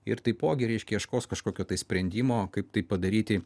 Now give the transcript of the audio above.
ir taipogi reiškia ieškos kažkokio sprendimo kaip tai padaryti